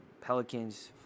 Pelicans